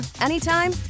anytime